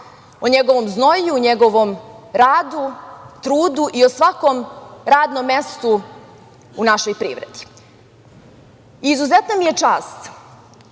o njegovom znojenju, o njegovom radu, trudu i o svakom radnom mestu u našoj privredi. Izuzetna mi je čast